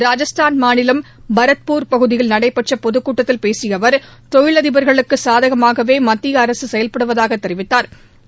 ராஜஸ்தான் மாநிலம் பரத்பூர் பகுதியில் நடைபெற்ற பொதுக்கூட்டத்தில் பேசிய அள் தொழிலதிபா்களுக்கு சாதகமாகவே மத்திய அரசு செயல்படுவதாக தெரிவித்தாா்